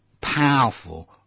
powerful